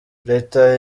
leta